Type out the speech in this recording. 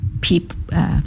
people